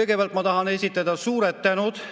Kõigepealt ma tahan öelda suured tänud